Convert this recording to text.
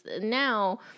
now